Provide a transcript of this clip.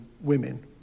women